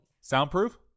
Soundproof